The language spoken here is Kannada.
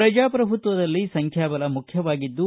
ಪ್ರಜಾಪ್ರಭುತ್ವದಲ್ಲಿ ಸಂಖ್ಯಾಬಲ ಮುಖ್ಯವಾಗಿದ್ದು